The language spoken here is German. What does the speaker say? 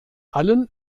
allen